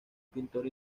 pintor